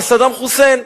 סדאם חוסיין.